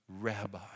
rabbi